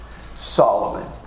Solomon